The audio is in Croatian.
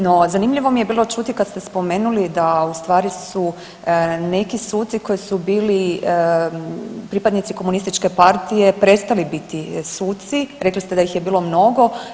No zanimljivo mi je bilo čuti kad ste spomenuli da ustvari su neki suci koji su bili pripadnici komunističke partije prestali biti suci, rekli ste da ih je bilo mnogo.